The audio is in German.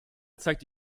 zeigt